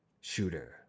shooter